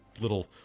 little